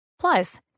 Plus